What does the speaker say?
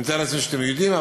אני מתאר לעצמי שאתם יודעים,